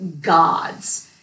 gods